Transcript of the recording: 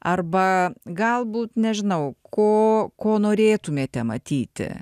arba galbūt nežinau ko ko norėtumėte matyti